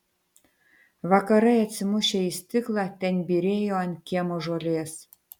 vakarai atsimušę į stiklą ten byrėjo ant kiemo žolės